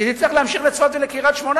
כי היא תצטרך להמשיך לצפת ולקריית-שמונה.